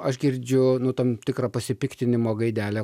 aš girdžiu nu tam tikrą pasipiktinimo gaidelę